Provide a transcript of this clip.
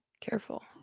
Careful